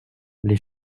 les